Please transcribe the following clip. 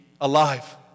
alive